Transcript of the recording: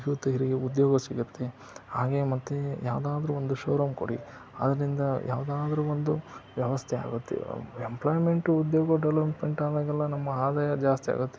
ಯೂತ್ರಿಗೆ ಉದ್ಯೋಗ ಸಿಗುತ್ತೆ ಹಾಗೇ ಮತ್ತು ಯಾವ್ದಾದ್ರೂ ಒಂದು ಶೋರೂಮ್ ಕೊಡಿ ಅದ್ರಿಂದ ಯಾವ್ದಾದ್ರೂ ಒಂದು ವ್ಯವಸ್ಥೆ ಆಗುತ್ತೆ ಯಂಪ್ಲಾಯ್ಮೆಂಟು ಉದ್ಯೋಗ ಡೆವಲಪ್ಮೆಂಟ್ ಆದಾಗೆಲ್ಲ ನಮ್ಮ ಆದಾಯ ಜಾಸ್ತಿ ಆಗುತ್ತೆ